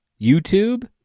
YouTube